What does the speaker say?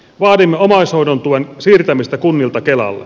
vaadimme omaishoidon tuen siirtämistä kunnilta kelalle